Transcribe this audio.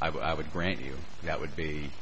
i would grant you that would be